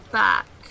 back